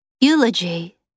Eulogy